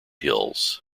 hills